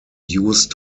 used